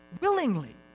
willingly